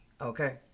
Okay